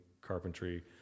carpentry